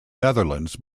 netherlands